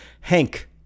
Hank